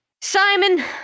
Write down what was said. Simon